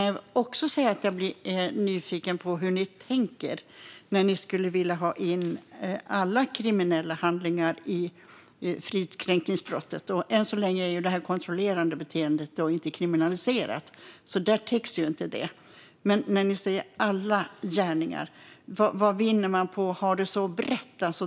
Jag är nyfiken på hur ni tänker eftersom ni vill ha in alla kriminella handlingar i fridskränkningsbrottet. Än så länge är ett kontrollerande beteende inte kriminaliserat, så det täcks inte. Men när ni säger alla gärningar, vad vinner man på att ha det så brett?